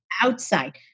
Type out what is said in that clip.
outside